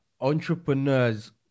entrepreneurs